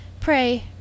pray